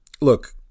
look